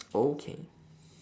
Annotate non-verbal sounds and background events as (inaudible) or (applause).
(noise) okay